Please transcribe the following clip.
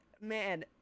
man